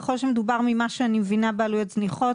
ככל שמדובר כך אני מבינה - בעלויות זניחות,